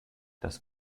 das